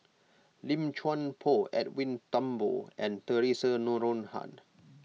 Lim Chuan Poh Edwin Thumboo and theresa Noronha